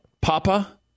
Papa